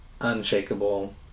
unshakable